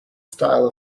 style